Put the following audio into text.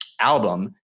album